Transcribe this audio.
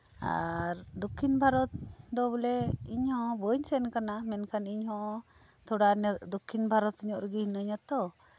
ᱟᱨ ᱫᱚᱠᱠᱷᱤᱱ ᱵᱷᱟᱨᱚᱛ ᱫᱚ ᱤᱧᱦᱚᱸ ᱵᱟᱹᱧ ᱥᱮᱱ ᱠᱟᱱᱟ ᱢᱮᱱᱠᱷᱟᱱ ᱛᱷᱚᱲᱟ ᱤᱧᱦᱚᱸ ᱫᱚᱠᱠᱷᱤᱱ ᱵᱷᱟᱨᱚᱛ ᱧᱚᱜ ᱨᱮᱛᱚ ᱢᱤᱱᱟᱧ ᱟᱛᱚ